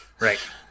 right